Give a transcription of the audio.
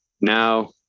now